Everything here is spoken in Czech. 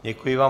Děkuji vám.